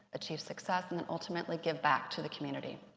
achieve success, and then ultimately give back to the community.